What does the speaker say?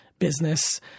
business